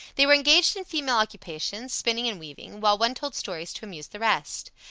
they were engaged in female occupations, spinning and weaving, while one told stories to amuse the rest.